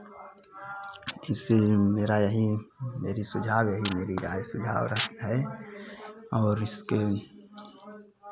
इसीलिए मेरा यही मेरी सुझाव यही है मेरी राय सुझाव है और इसके